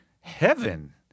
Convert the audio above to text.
heaven